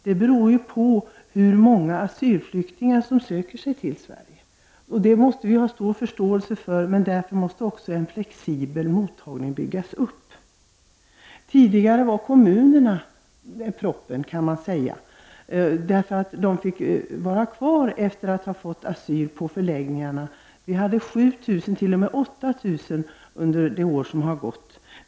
Det är beroende av hur många asylflyktingar som söker sig till Sverige. Det måste vi ha stor förståelse för, men därför måste också en flexibel mottagning byggas upp. Tidigare var kommunerna proppen, kan man säga, eftersom de asylsökande fick bo kvar på förläggningarna sedan de fått asyl. Vi hade så många som 8 000 under det år som gått.